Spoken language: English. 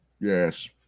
yes